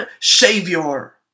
Savior